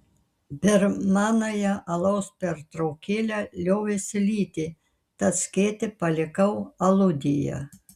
per manąją alaus pertraukėlę liovėsi lyti tad skėtį palikau aludėje